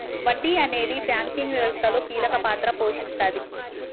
వడ్డీ అనేది బ్యాంకింగ్ వ్యవస్థలో కీలక పాత్ర పోషిస్తాది